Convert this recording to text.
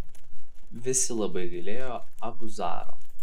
visi labai gailėjo abu zaro